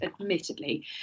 admittedly